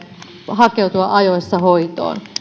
hakeutua ajoissa hoitoon